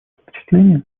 впечатление